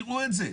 תראו את זה.